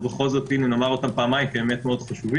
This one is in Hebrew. ובכל זאת נאמר אותם פעמיים כי הם מאוד חשובים: